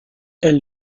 elle